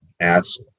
ask